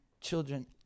children